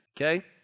okay